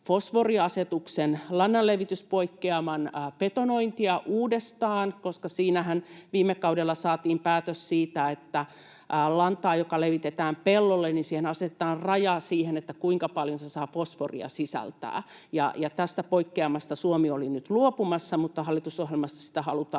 lannanlevityspoikkeaman betonointia uudestaan, koska siinähän viime kaudella saatiin päätös siitä, että lannalle, joka levitetään pellolle, asetetaan raja, kuinka paljon se saa fosforia sisältää. Tästä poikkeamasta Suomi oli nyt luopumassa, mutta hallitusohjelmassa sitä halutaan